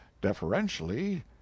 deferentially